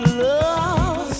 love